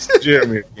Jeremy